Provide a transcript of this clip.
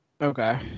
Okay